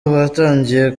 batangiye